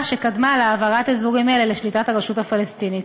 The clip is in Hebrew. שקדמה להעברת אזורים אלה לשליטת הרשות הפלסטינית.